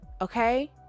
okay